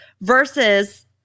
versus